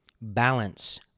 balance